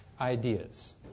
ideas